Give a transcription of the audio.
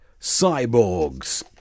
cyborgs